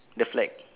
the flag